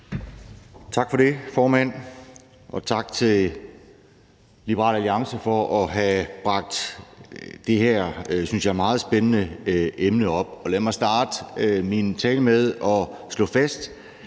Tak for det, formand, og tak til Liberal Alliance for at have bragt det her, synes jeg, meget spændende emne op, og lad mig starte min tale med at slå fast,